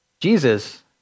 Jesus